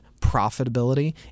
profitability